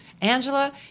Angela